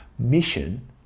mission